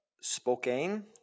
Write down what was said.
Spokane